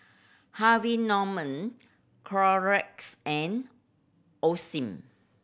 Harvey Norman Clorox and Osim